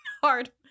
Hard